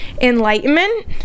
enlightenment